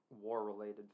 war-related